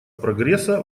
прогресса